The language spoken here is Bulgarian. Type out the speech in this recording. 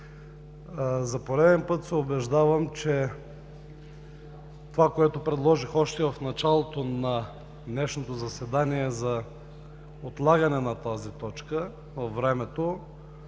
За пореден път се убеждавам, че това, което предложих още в началото на днешното заседание – за отлагане на тази точка във времето,